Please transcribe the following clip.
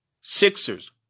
Sixers